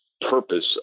purpose